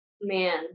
Man